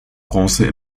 bronze